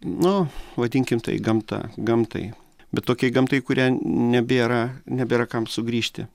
nu vadinkim tai gamta gamtai bet tokiai gamtai į kurią n nebėra nebėra kam sugrįžti